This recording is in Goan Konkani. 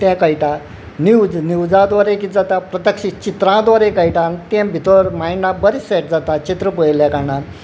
तें कळटा न्यूज न्यूजा द्वारे कित जाता प्रत्यक्षीत चित्रां द्वारे कळटा आनी तें भितर मायंडा बरें सेट जाता चीत्र पळयल्या कारणान